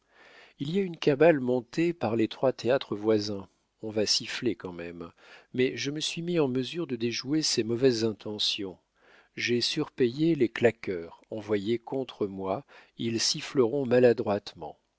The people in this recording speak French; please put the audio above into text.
il y a une cabale montée par les trois théâtres voisins on va siffler quand même mais je me suis mis en mesure de déjouer ces mauvaises intentions j'ai surpayé les claqueurs envoyés contre moi ils siffleront maladroitement